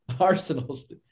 Arsenal's